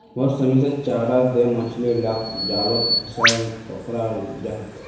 बहुत समय से चारा दें मछली लाक जालोत फसायें पक्राल जाहा